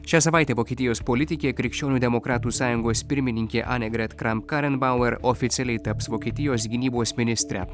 šią savaitę vokietijos politikė krikščionių demokratų sąjungos pirmininkė anėgret kram karenbauer oficialiai taps vokietijos gynybos ministre